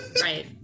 right